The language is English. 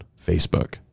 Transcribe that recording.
facebook